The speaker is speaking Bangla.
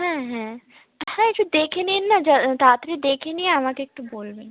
হ্যাঁ হ্যাঁ একটু দেখে নিন না যা তাড়াতাড়ি দেখে নিয়ে আমাকে একটু বলবেন